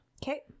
okay